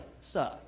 sir